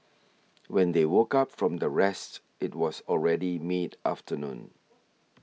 when they woke up from the rest it was already mid afternoon